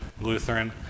Lutheran